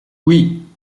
oui